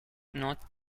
not